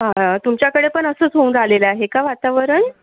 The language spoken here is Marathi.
तुमच्याकडे पण असंच होऊन राहिलेलं आहे का वातावरण